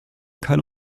keine